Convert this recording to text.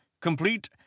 complete